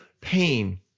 pain